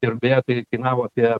ir beje tai kainavo apie